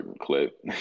clip